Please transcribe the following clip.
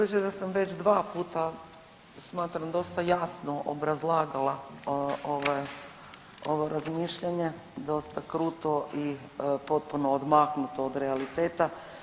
Budući da sam već dva puta, smatram dosta jasno, obrazlagala ovo razmišljanje, dosta kruto i potpuno odmaknuto od realiteta.